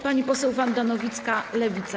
Pani poseł Wanda Nowicka, Lewica.